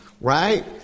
right